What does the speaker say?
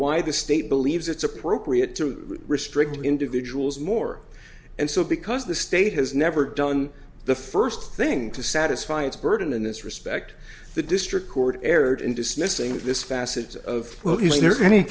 why the state believes it's appropriate to restrict individuals more and so because the state has never done the first thing to satisfy its burden in this respect the district court erred in dismissing this facets of